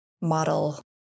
model